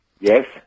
Yes